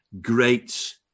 great